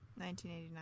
1989